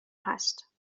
هست